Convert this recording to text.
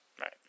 Right